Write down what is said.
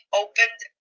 opened